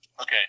Okay